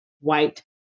white